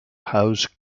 house